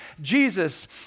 Jesus